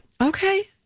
Okay